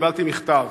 קיבלתי מכתב